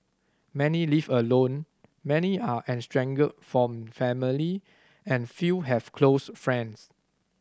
many live alone many are from family and few have close friends